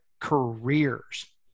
careers